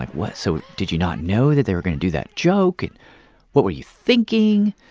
like what so did you not know that they were going to do that joke? and what were you thinking?